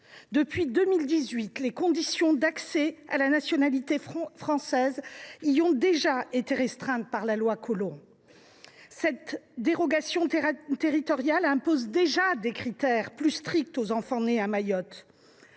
Depuis 2018, les conditions d’accès à la nationalité française y ont déjà été réduites par la loi Collomb. Cette dérogation territoriale impose déjà des critères plus stricts aux enfants nés à Mayotte.